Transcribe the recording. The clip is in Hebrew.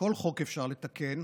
כל חוק אפשר לתקן.